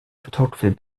photography